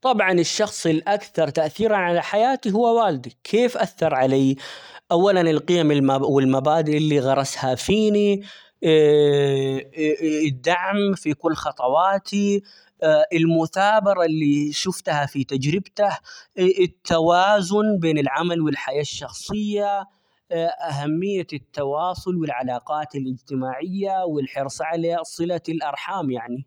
طبعًا الشخص الأكثر تأثيرًا على حياتي هو والدي كيف أثر علي؟ أولًا القيم والمبادئ اللي غرسها فيني الدعم في كل خطواتي المثابرة اللي شفتها في تجربته، التوازن بين العمل والحياة الشخصية أهمية التواصل والعلاقات الاجتماعية، والحرص على صلة الارحام يعني.